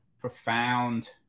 profound